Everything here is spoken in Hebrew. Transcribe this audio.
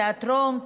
תיאטרון,